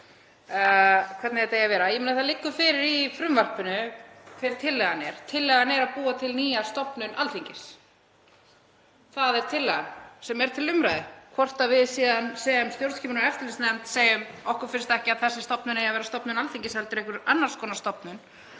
hvernig þetta eigi að vera. Það liggur fyrir í frumvarpinu hver tillagan er. Tillagan er að búa til nýja stofnun Alþingis. Það er tillagan sem er til umræðu. Ef við síðan sem stjórnskipunar- og eftirlitsnefnd segjum að okkur finnst ekki að þessi stofnun eigi að vera stofnun Alþingis heldur einhver annars konar stofnun,